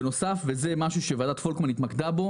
בנוסף, וזה משהו שוועדת פולקמן התמקדה בו